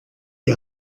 die